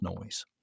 noise